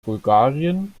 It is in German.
bulgarien